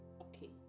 okay